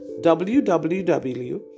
www